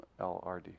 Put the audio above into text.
LRD